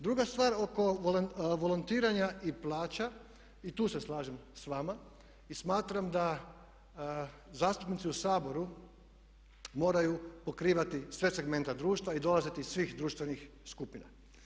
Druga stvar oko volontiranja i plaća i tu se slažem s vama i smatram da zastupnici u Saboru moraju pokrivati sve segmente društva i dolaziti iz svih društvenih skupina.